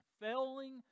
Failing